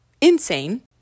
insane